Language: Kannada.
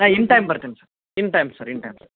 ನಾನು ಇನ್ ಟೈಮ್ ಬರ್ತಿನಿ sir in time sir in time sir